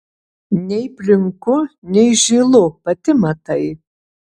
nei plinku nei žylu pati matai